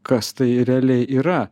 kas tai realiai yra